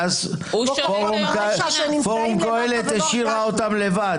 ואז פורום קהלת השאיר אותם לבד,